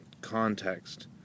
context